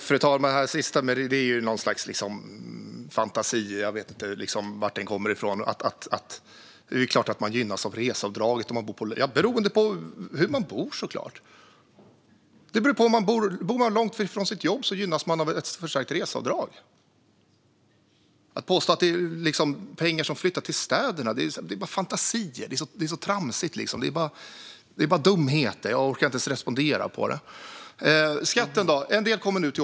Fru talman! Det sista är en fantasi. Jag vet inte varifrån den kommer. Hur man gynnas av reseavdraget är beroende av hur man bor. Bor man långt från sitt jobb gynnas man av ett förstärkt reseavdrag. Att påstå att det är pengar som flyttar till städerna är fantasier. Det är så tramsigt. Det är dumheter. Jag orkar inte ens respondera på det. Sedan var det frågan om skatten.